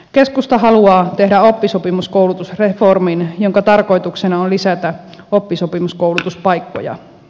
keskusta haluaa tehdä oppisopimuskoulutusreformin jonka tarkoituksena on lisätä oppisopimuskoulutuspaikkoja